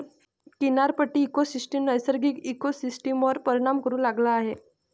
किनारपट्टी इकोसिस्टम नैसर्गिक इकोसिस्टमवर परिणाम करू लागला आहे